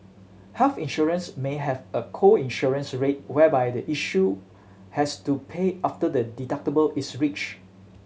health insurance may have a co insurance rate whereby the insured has to pay after the deductible is reached